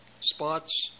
spots